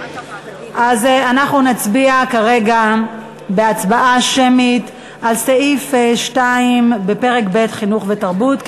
אז אנחנו נצביע כרגע בהצבעה שמית על סעיף 2 בפרק ב': חינוך ותרבות,